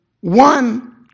One